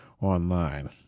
online